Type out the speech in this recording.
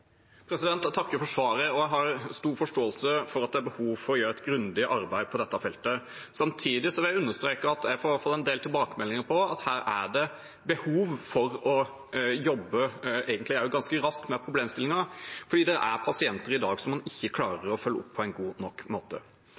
Jeg takker for svaret, og jeg har stor forståelse for at det er behov for å gjøre et grundig arbeid på dette feltet. Samtidig vil jeg understreke at jeg får en del tilbakemeldinger på at her er det egentlig behov for å jobbe ganske raskt med problemstillingen fordi det i dag er pasienter som man ikke klarer å følge opp på en god måte.